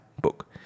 book